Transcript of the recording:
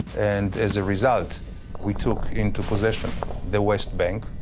and as a result we took into possession the west bank,